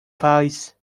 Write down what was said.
face